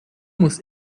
muss